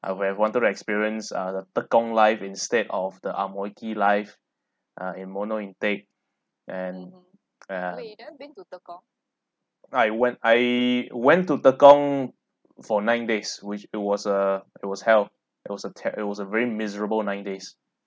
I would have wanted to experience uh the tekong life instead of the ang mo ke life uh in mono intake and uh I went I went to tekong for nine days which it was a it was hell it was a te~ it was a very miserable nine days